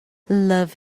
love